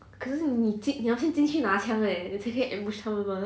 可是你进你要先进去拿枪 leh 才可以 ambush 他们 mah